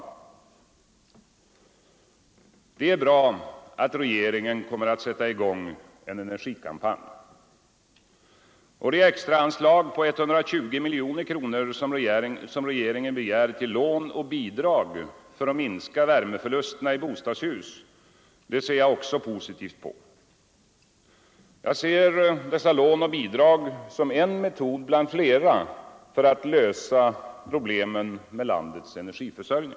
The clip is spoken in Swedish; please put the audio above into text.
Det är bra att regeringen kommer att sätta i gång en energikampanj. Det extraanslag på 120 miljoner kronor som regeringen begär till lån och bidrag för att minska värmeförlusterna i bostadshus ser jag också positivt på. Jag ser dessa lån och bidrag som en metod bland flera för att lösa problemen med landets energiförsörjning.